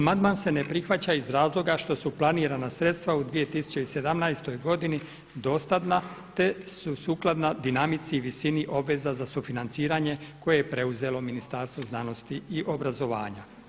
Amandman se ne prihvaća iz razloga što su planirana sredstva u 2017. godini dostatna te su sukladna dinamici i visini obveza za sufinanciranje koje je preuzelo Ministarstvo znanosti i obrazovanja.